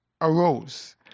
arose